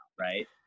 Right